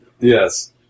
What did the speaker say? Yes